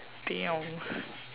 damn